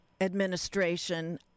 administration